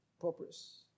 purpose